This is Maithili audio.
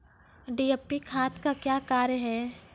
डी.ए.पी खाद का क्या कार्य हैं?